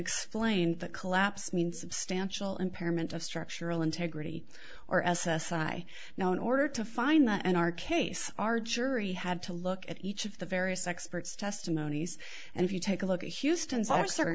explained that collapse means substantial impairment of structural integrity or s s i now in order to find that in our case our jury had to look at each of the various experts testimonies and if you take a look at houston